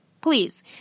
please